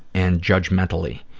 and judgmentally.